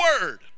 word